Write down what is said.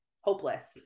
hopeless